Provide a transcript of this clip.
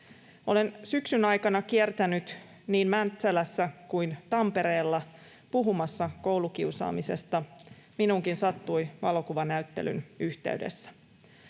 Olen syksyn aikana kiertänyt niin Mäntsälässä kuin Tampereella puhumassa koulukiusaamisesta. Minuunkin sattui valokuvanäyttelyn yhteydessä.